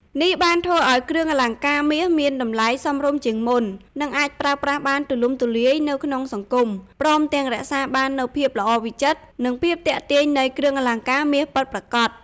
នេះបានធ្វើឱ្យគ្រឿងអលង្ការមាសមានតម្លៃសមរម្យជាងមុន និងអាចប្រើប្រាស់បានទូលំទូលាយនៅក្នុងសង្គម ព្រមទាំងរក្សាបាននូវភាពល្អវិចិត្រ និងភាពទាក់ទាញនៃគ្រឿងអលង្ការមាសពិតប្រាកដ។